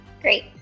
Great